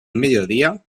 mediodía